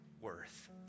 worth